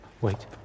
Wait